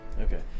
Okay